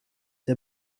der